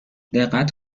دقت